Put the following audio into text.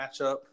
matchup